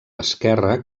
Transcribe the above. esquerra